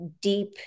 deep